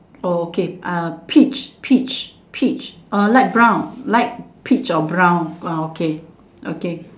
oh okay peach peach peach light brown light peach or brown okay okay